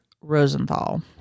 Rosenthal